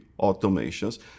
automations